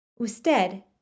Usted